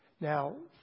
Now